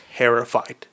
Terrified